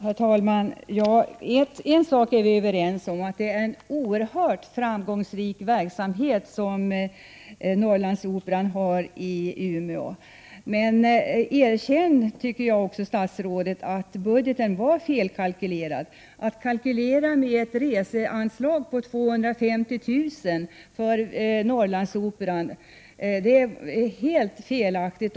Herr talman! En sak är vi överens om, nämligen att det är en oerhört framgångsrik verksamhet som Norrlandsoperan bedriver i Umeå. Men erkänn, herr statsråd, att budgeten var felkalkylerad. Att kalkylera med ett reseanslag på 250 000 kr. för Norrlandsoperan är helt felaktigt.